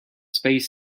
space